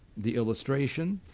the illustration,